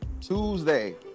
Tuesday